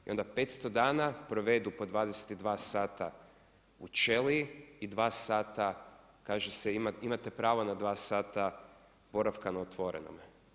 I onda 500 dana provedu po 22 sata u ćeliji i 2 sata kaže se imate pravo na 2 sata boravka na otvorenome.